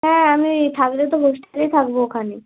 হ্যাঁ আমি ওই থাকলে তো হোস্টেলেই থাকবো ওখানে